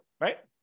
right